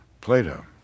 Plato